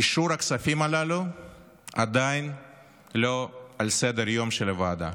אישור הכספים הללו עדיין לא על סדר-היום של הוועדה,